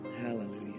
Hallelujah